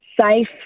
safe